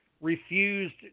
refused